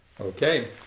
Okay